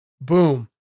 boom